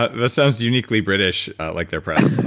ah that sounds uniquely british like their press.